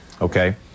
Okay